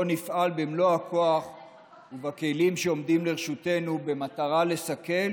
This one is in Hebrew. נפעל במלוא הכוח בכלים שעומדים לרשותנו במטרה לסכל,